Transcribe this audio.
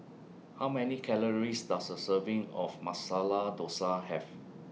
How Many Calories Does A Serving of Masala Dosa Have